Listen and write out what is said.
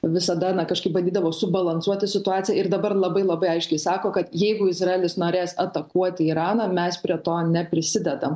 visada na kažkaip bandydavo subalansuoti situaciją ir dabar labai labai aiškiai sako kad jeigu izraelis norės atakuoti iraną mes prie to neprisidedam